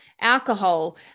alcohol